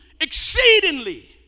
exceedingly